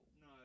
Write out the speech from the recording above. no